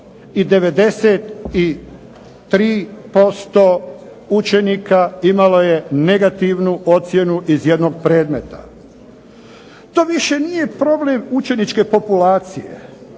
i 93% učenika imalo je negativnu ocjenu iz jednog predmeta. To više nije problem učeničke populacije.